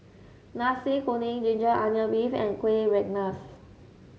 Nasi Kuning ginger onion beef and Kueh Rengas